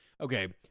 Okay